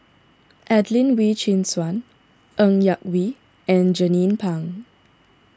Adelene Wee Chin Suan Ng Yak Whee and Jernnine Pang